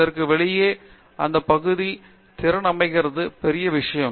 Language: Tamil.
இதற்கு வெளியே அந்த பகுதி திறன் அமைக்கிறது பெரிய விஷயம்